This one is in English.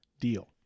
deal